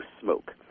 smoke